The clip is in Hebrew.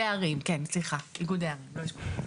איגודי ערים, כן, סליחה, איגודי ערים, לא אשכולות.